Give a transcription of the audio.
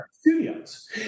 studios